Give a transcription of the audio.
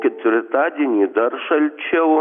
ketvirtadienį dar šalčiau